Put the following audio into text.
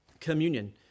communion